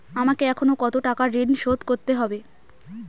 আমাকে এখনো কত টাকা ঋণ শোধ করতে হবে?